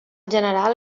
general